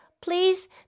please